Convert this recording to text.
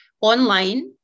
online